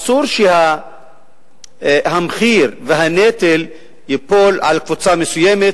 אסור שהמחיר והנטל ייפלו על קבוצה מסוימת,